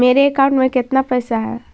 मेरे अकाउंट में केतना पैसा है?